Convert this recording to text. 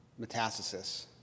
metastasis